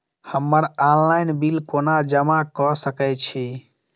हम्मर online bill कोना जमा कऽ सकय छी?